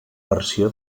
versió